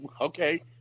okay